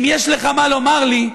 אם יש לך מה לומר לי,